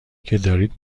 دارید